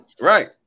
Right